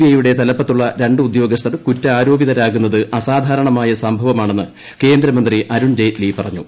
ഐയ്യുടെ തലപ്പത്തുള്ള രണ്ട് ഉദ്യോഗസ്ഥർ കുറ്റാരോപിതരാകുന്നത് അസാധാരണമായ സംഭവമാണെന്ന് കേന്ദ്രമന്ത്രി അരുൺ ജെയ്റ്റ്ലി പറഞ്ഞു